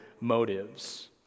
motives